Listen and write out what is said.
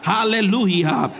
Hallelujah